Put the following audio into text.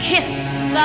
Kiss